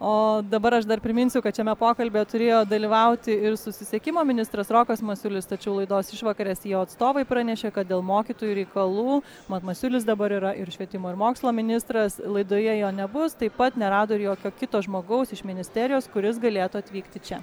o dabar aš dar priminsiu kad šiame pokalbyje turėjo dalyvauti ir susisiekimo ministras rokas masiulis tačiau laidos išvakarėse jo atstovai pranešė kad dėl mokytojų reikalų mat masiulis dabar yra ir švietimo ir mokslo ministras laidoje jo nebus taip pat nerado ir jokio kito žmogaus iš ministerijos kuris galėtų atvykti čia